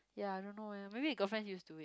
ya I don't know eh maybe his girlfriend used to it